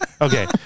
Okay